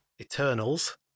Eternals